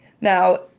Now